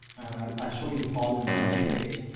and i'll and show you the call in in the next page.